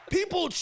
People